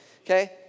okay